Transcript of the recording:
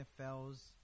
NFL's